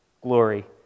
glory